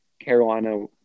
Carolina